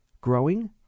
growing